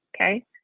okay